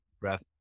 breath